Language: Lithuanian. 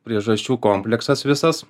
priežasčių kompleksas visas